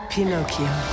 Pinocchio